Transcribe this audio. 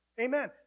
Amen